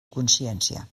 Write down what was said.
consciència